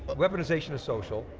weaponization of social.